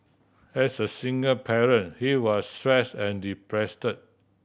as a single parent he was stress and depressed